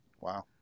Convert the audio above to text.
Wow